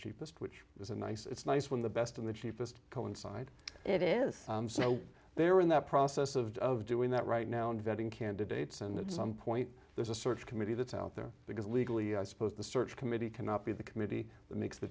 cheapest which is a nice it's nice when the best in the cheapest coincide it is so they were in that process of of doing that right now and vetting candidates and at some point there's a search committee that's out there because legally i suppose the search committee cannot be the committee that makes th